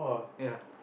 ya